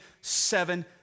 seven